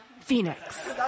Phoenix